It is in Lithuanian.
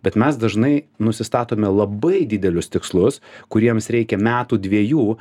bet mes dažnai nusistatome labai didelius tikslus kuriems reikia metų dviejų